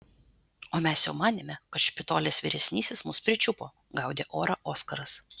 o mes jau manėme kad špitolės vyresnysis mus pričiupo gaudė orą oskaras